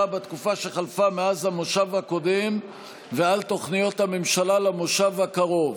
בתקופה שחלפה מאז המושב הקודם ועל תוכניות הממשלה למושב הקרוב.